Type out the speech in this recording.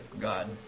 God